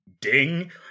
Ding